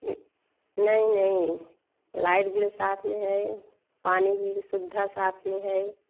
नहीं नहीं नहीं लाइट बिल साथ में है पानी की भी सुविधा साथ में है